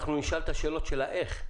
נשאל שאלות על האיך.